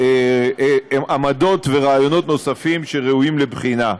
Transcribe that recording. עמדות ורעיונות נוספים שראויים לבחינה.